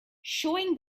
showing